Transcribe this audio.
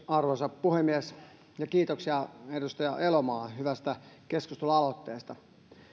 arvoisa puhemies kiitoksia edustaja elomaa hyvästä keskustelualoitteesta